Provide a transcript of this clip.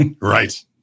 Right